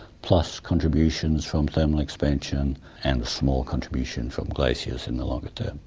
plus contributions from thermal expansion and a small contribution from glaciers in the longer term.